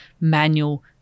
manual